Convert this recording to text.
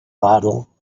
bottle